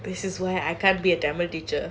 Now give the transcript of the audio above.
this is why I can't be a tamil teacher